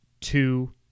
two